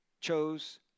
chose